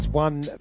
One